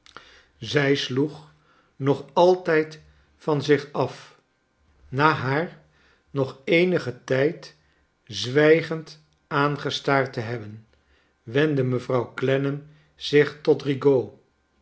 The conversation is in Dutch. zij sloeg nog altijd van zich af na haar nog eenigen tijd zwijgend aangestaard te hebben wendde mevrouw clennam zich tot rigaud